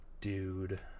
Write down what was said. dude